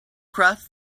crossed